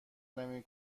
نمی